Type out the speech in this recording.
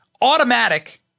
automatic